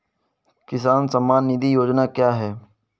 किसान सम्मान निधि योजना क्या है?